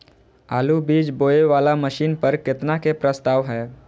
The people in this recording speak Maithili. आलु बीज बोये वाला मशीन पर केतना के प्रस्ताव हय?